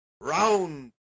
Round